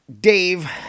Dave